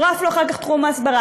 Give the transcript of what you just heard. צורף לו אחר כך תחום ההסברה,